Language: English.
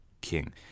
king